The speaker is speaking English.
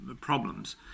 problems